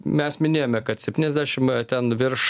mes minėjome kad septyniasdešim ten virš